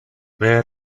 where